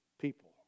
people